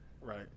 Right